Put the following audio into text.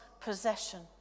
possession